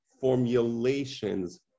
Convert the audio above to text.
formulations